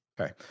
Okay